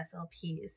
SLPs